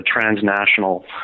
transnational